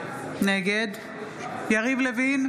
נגד יריב לוין,